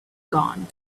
gone